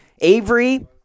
Avery